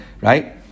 right